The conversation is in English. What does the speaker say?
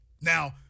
Now